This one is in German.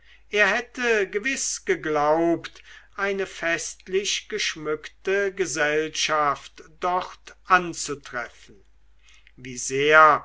er hätte gewiß geglaubt eine festlich geschmückte gesellschaft dort anzutreffen wie sehr